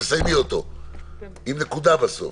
תסיימי אותו עם נקודה בסוף.